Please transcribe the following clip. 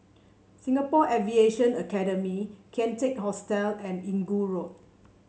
Singapore Aviation Academy Kian Teck Hostel and Inggu Road